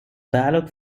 ballot